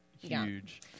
huge